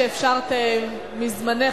שאפשרת מזמנך,